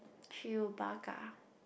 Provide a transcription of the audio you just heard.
chewbacca